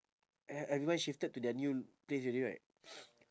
e~ everyone shifted to their new place already right